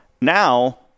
Now